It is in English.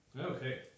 Okay